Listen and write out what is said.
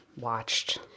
watched